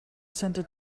center